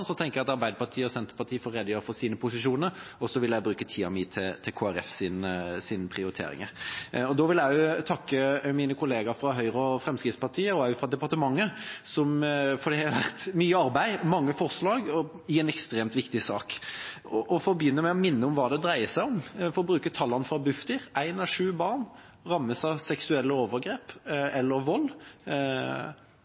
så vil jeg bruke tida mi til Kristelig Folkepartis prioriteringer. Jeg vil også takke mine kolleger fra Høyre og Fremskrittspartiet, og også departementet, for det er mye arbeid, mange forslag i en ekstremt viktig sak. La meg minne om hva det dreier seg om. For å bruke tallene fra Bufdir: Ett av sju barn rammes av seksuelle overgrep